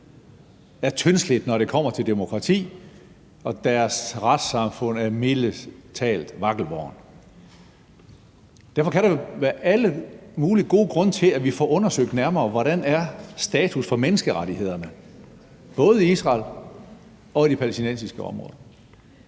er tyndslidt, når det kommer til demokrati, og deres retssamfund er mildest talt vakkelvornt. Derfor kan der jo være alle mulige gode grunde til, at vi får undersøgt nærmere, hvordan status for menneskerettighederne er både i Israel og i de palæstinensiske områder.